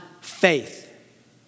faith